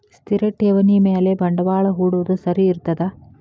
ಸ್ಥಿರ ಠೇವಣಿ ಮ್ಯಾಲೆ ಬಂಡವಾಳಾ ಹೂಡೋದು ಸರಿ ಇರ್ತದಾ?